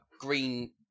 green